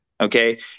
Okay